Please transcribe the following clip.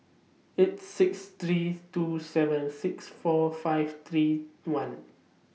eight six three two seven six four five three one